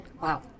Wow